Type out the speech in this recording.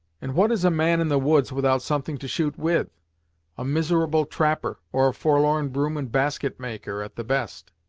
and what is a man in the woods without something to shoot with a miserable trapper, or a forlorn broom and basket maker, at the best.